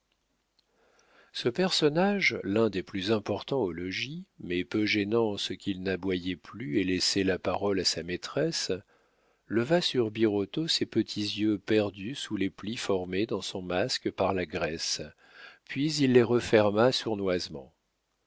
ce personnage l'un des plus importants au logis mais peu gênant en ce qu'il n'aboyait plus et laissait la parole à sa maîtresse leva sur birotteau ses petits yeux perdus sous les plis formés dans son masque par la graisse puis il les referma sournoisement